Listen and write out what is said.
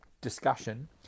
discussion